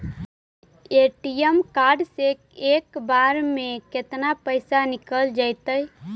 ATM card से एक बार में केतना पैसा निकल जइतै?